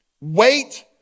wait